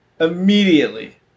immediately